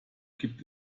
gibt